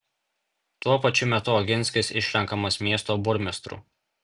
tuo pačiu metu oginskis išrenkamas miesto burmistru